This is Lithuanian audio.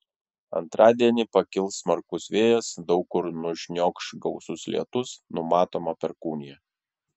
antradienį pakils smarkus vėjas daug kur nušniokš gausus lietus numatoma perkūnija